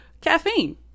caffeine